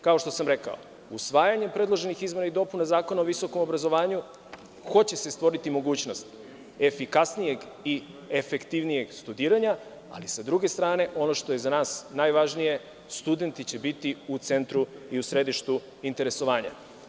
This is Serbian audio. Kao što sam rekao, usvajanjem predloženih izmena i dopuna Zakona o visokom obrazovanju, stvoriće se mogućnost efikasnijeg i efektivnijeg studiranja, ali s druge strane, ono što je za nas najvažnije, studenti će biti u centru i u središtu interesovanja.